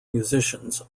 musicians